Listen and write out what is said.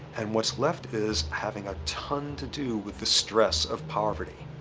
and what's left is having a ton to do with the stress of poverty.